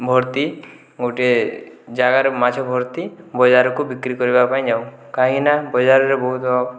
ଭର୍ତ୍ତି ଗୋଟିଏ ଜାଲରେ ମାଛ ଭର୍ତ୍ତି ବଜାରକୁ ବିକ୍ରି କରିବାପାଇଁ ଯାଉ କାହିଁନା ବଜାରରେ ବହୁତ